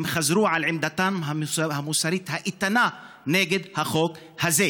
הם חזרו על עמדתם המוסרית האיתנה נגד החוק הזה.